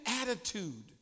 attitude